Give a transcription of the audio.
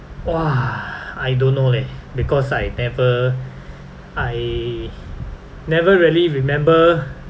!wah! I don't know leh because I never I never really remember